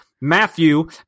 matthew